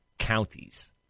counties